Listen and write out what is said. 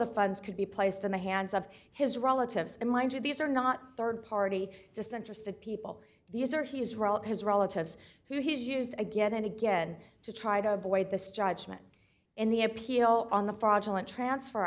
the funds could be placed in the hands of his relatives and mind you these are not rd party disinterested people these are his role his relatives who he has used again and again to try to avoid this judgement in the appeal on the fraudulent transfer